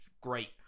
great